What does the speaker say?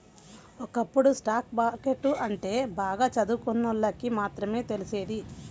ఒకప్పుడు stock market అంటే బాగా చదువుకున్నోళ్ళకి మాత్రమే తెలిసేది